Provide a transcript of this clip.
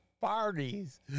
parties